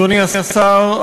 אדוני השר,